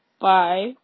Bye